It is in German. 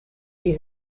die